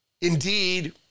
Indeed